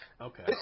Okay